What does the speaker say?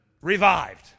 revived